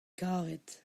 karet